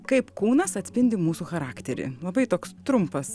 kaip kūnas atspindi mūsų charakterį labai toks trumpas